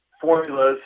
formulas